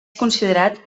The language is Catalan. considerat